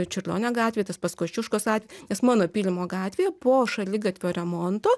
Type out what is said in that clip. čiurlionio gatvėje tas pats kosčiuškos gat nes mano pylimo gatvėje po šaligatvio remonto